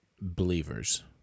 believers